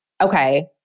okay